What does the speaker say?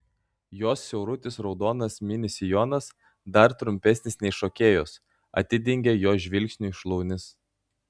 jos siaurutis raudonas mini sijonas dar trumpesnis nei šokėjos atidengia jo žvilgsniui šlaunis